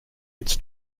its